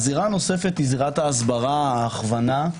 הזירה הנוספת היא ההסברה, ההכוונה,